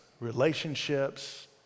relationships